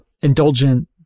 indulgent